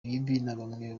bamwe